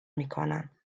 میکنن